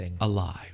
alive